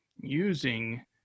using